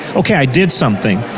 okay, i did something.